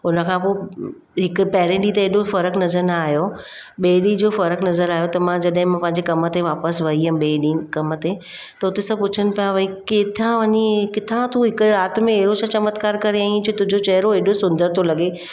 उन खां पोइ हिकु पहिरें ॾींहं ते एॾो फ़र्क़ु नज़र न आहियो ॿिए ॾींहं जो फ़र्क़ु नज़र आहियो त मां जॾहिं पंहिंजे कम ते वापसि वई हुअमि ॿिए ॾींहुं कम ते त उते सभु पुछनि पिया किथां वञी तूं हिकु राति में अहिड़ो छा चमत्कार करे आई आहे जो तुंहिंजो चहिरो एॾो सुंदर थो लॻे